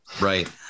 Right